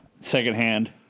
secondhand